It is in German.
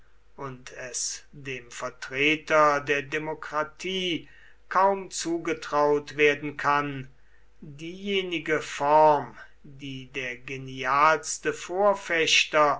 und es dem vertreter der demokratie kaum zugetraut werden kann diejenige form die der genialste vorfechter